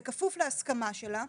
בכפוף להסכמה שלה,